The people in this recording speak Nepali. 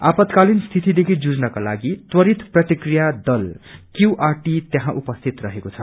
आपातकालीन स्थितिदेखि जुझनकोलागि त्वरित प्रतिकिया दल क्यूआरटी त्यहाँ उपस्थित रहेकोछ